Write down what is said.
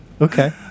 Okay